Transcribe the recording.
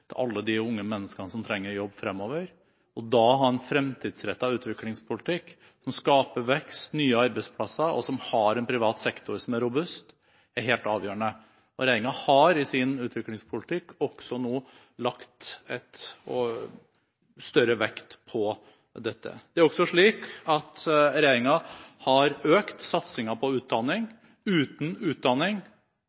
muligheter til alle de unge menneskene som trenger jobb fremover. Da å ha en fremtidsrettet utviklingspolitikk som skaper vekst og nye arbeidsplasser, og en privat sektor som er robust, er helt avgjørende. Regjeringen har i sin utviklingspolitikk også lagt større vekt på dette. Regjeringen har også økt satsingen på utdanning.